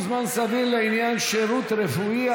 זמן סביר לעניין שירות רפואי),